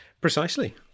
Precisely